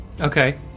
Okay